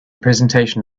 presentation